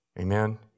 Amen